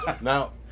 Now